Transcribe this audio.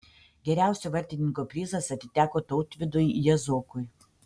geriausio vartininko prizas atiteko tautvydui jazokui